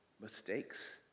mistakes